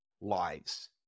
lives